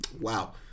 Wow